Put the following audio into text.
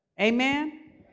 amen